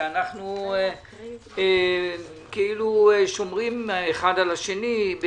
שאנחנו כאילו שומרים אחד על השני,